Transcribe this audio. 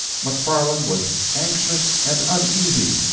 mcfarland was anxious and uneasy,